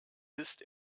ist